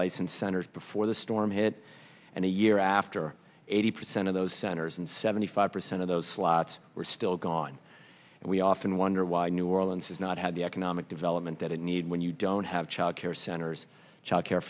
licensed centers before the storm hit and a year after eighty percent of those centers and seventy five percent of those slots were still gone and we often wonder why new rowland's has not had the economic development that it need when you don't have childcare centers childcare